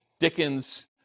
Dickens